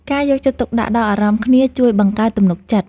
ការយកចិត្តទុកដាក់ដល់អារម្មណ៍គ្នាជួយបង្កើតទំនុកចិត្ត។